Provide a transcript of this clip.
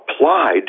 applied